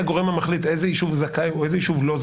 הגורם המחליט איזה יישוב זכאי ואיזה יישוב לא,